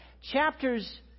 Chapters